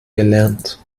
gelernt